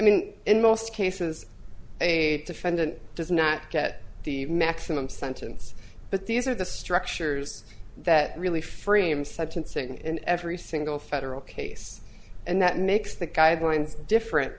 mean in most cases a defendant does not get the maximum sentence but these are the structures that really free him such incentive in every single federal case and that makes the guidelines different